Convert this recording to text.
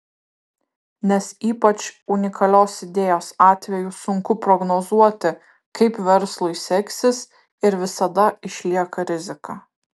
nes ypač unikalios idėjos atveju sunku prognozuoti kaip verslui seksis ir visada išlieka rizika